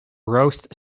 roast